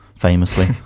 famously